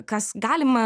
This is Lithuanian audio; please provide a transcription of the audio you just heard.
kas galima